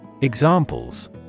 Examples